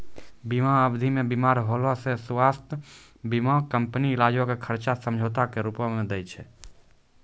बीमा अवधि मे बीमार होला से स्वास्थ्य बीमा कंपनी इलाजो के खर्चा समझौता के रूपो मे दै छै